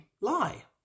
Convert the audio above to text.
lie